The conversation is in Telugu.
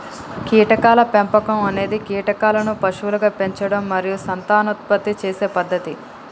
కీటకాల పెంపకం అనేది కీటకాలను పశువులుగా పెంచడం మరియు సంతానోత్పత్తి చేసే పద్ధతి